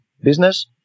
business